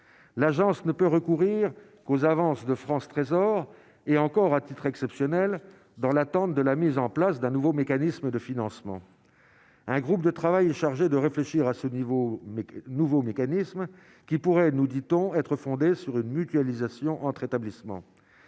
l'agence ne peut recourir qu'aux avances de France Trésor et encore à titre exceptionnel dans l'attente de la mise en place d'un nouveau mécanisme de financement, un groupe de travail chargé de réfléchir à ce niveau, mais nouveau mécanisme qui pourrait nous dit-on être fondé sur une mutualisation entre établissements,